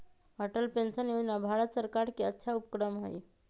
Atal pension योजना भारत सर्कार के अच्छा उपक्रम हई